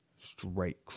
Straight